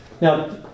Now